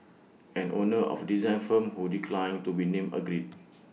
an owner of design firm who declined to be named agreed